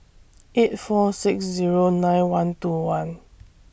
eight four six Zero nine one two one